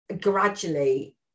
gradually